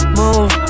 move